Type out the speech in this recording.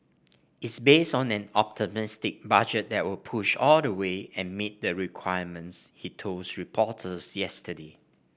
is based on an optimistic budget that will push all the way and meet the requirements he told reporters yesterday